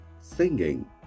singing